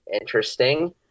Interesting